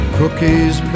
cookies